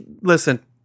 listen